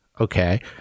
okay